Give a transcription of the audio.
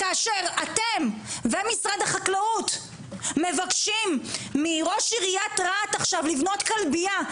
כאשר אתם ומשרד החקלאות מבקשים מראש עיריית רהט עכשיו לבנות כלביה.